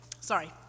Sorry